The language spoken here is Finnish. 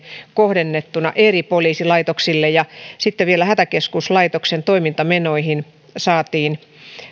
kohdennettuna eri poliisilaitoksille sitten vielä hätäkeskuslaitoksen toimintamenoihin saatiin